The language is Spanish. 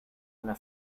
una